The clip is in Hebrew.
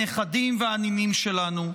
הנכדים והנינים שלנו.